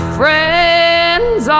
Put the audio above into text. friends